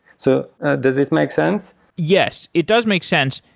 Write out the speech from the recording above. so does this make sense? yes, it does make sense.